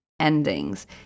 endings